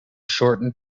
shortened